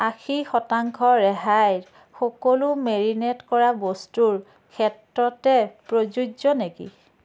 আশী শতাংশ ৰেহাই সকলো মেৰিনেট কৰা বস্তুৰ ক্ষেত্ৰতে প্ৰযোজ্য নেকি